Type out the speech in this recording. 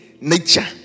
Nature